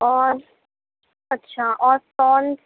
اور اچھا اور ٹون